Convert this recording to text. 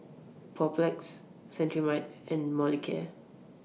Papulex Cetrimide and Molicare